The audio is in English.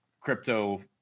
crypto